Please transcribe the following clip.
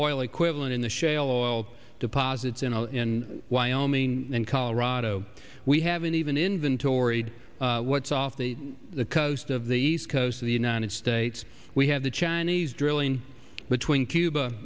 oil equivalent in the shale oil deposits and in wyoming and colorado we haven't even inventoried what's off the coast of the east coast of the united states we have the chinese drilling between cuba